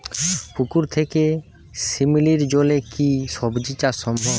পুকুর থেকে শিমলির জলে কি সবজি চাষ সম্ভব?